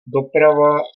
doprava